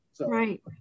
Right